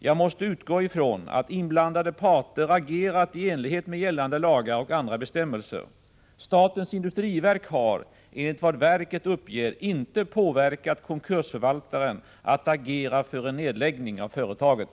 Jag måste utgå ifrån att inblandade parter agerat i enlighet med gällande lagar och andra bestämmelser. Statens industriverk har, enligt vad verket uppger, inte påverkat konkursförvaltaren att agera för en nedläggning av företaget.